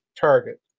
target